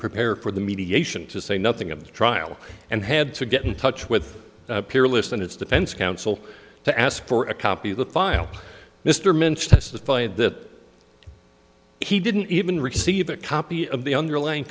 prepare for the mediation to say nothing of the trial and had to get in touch with peerless and its defense counsel to ask for a copy the file mr mintz testified that he didn't even receive a copy of the underlying